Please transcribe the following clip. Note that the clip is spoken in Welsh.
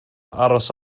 aros